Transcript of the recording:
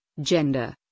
gender